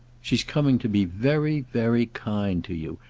she's coming to be very very kind to you,